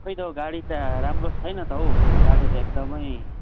खोइ त हो गाडी त राम्रो छैन गाडी त एकदमै